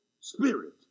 spirit